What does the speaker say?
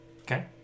Okay